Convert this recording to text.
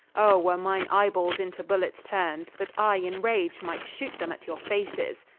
oh were mine eye-balles into bullets turn'd, that i in rage might shoot them at your faces.